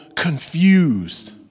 confused